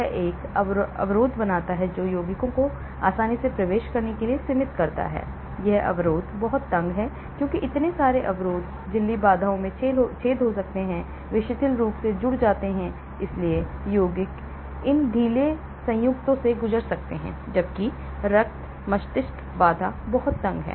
यह एक अवरोध बनाता है जो यौगिकों को आसानी से प्रवेश करने के लिए सीमित करता है यह अवरोध बहुत तंग है क्योंकि इतने सारे अवरोध झिल्ली बाधाओं में छेद हो सकते हैं वे शिथिल रूप से जुड़ जाते हैं इसलिए यौगिक इन ढीले संयुक्त से गुजर सकते हैं जबकि रक्त मस्तिष्क बाधा बहुत तंग है